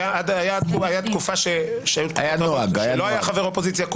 הייתה תקופה שלא היה חבר אופוזיציה -- היה נוהג.